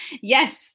Yes